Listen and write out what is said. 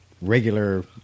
regular